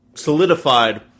solidified